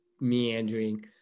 meandering